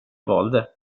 valde